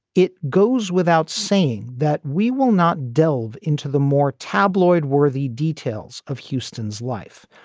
it goes without saying that we will not delve into the more tabloid worthy details of houston's life,